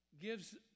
gives